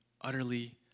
utterly